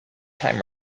time